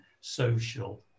social